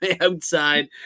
outside